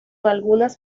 algunas